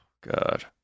god